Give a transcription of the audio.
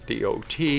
DOT